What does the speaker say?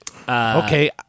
Okay